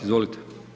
Izvolite.